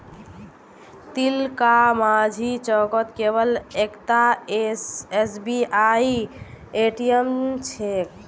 तिलकमाझी चौकत केवल एकता एसबीआईर ए.टी.एम छेक